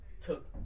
took